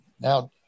Now